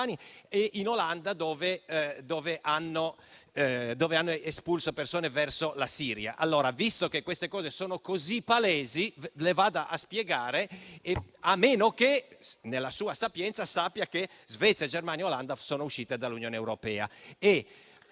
o in Olanda, dove hanno espulso persone verso la Siria. Visto che queste cose sono così palesi, le vada a spiegare: a meno che, nella sua sapienza, lei sappia che Svezia, Germania ed Olanda sono uscite dall'Unione europea.